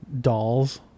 dolls